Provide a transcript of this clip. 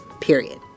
period